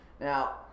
Now